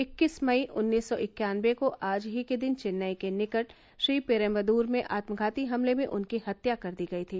इक्कीस मई उन्नीस सौ इक्यानबे को आज ही के दिन चेन्नई के निकट श्रीपेरबद्र में आत्मघाती हमले में उनकी हत्या कर दी गई थी